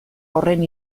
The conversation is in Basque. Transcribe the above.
horren